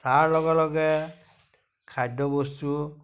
তাৰ লগে লগে খাদ্যবস্তু